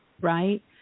right